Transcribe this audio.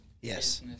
Yes